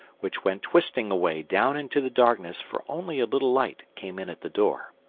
which went twisting away down into the darkness for only a little light came in at the door.